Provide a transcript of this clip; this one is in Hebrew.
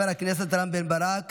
חבר הכנסת רם בן ברק,